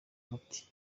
umuti